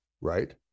right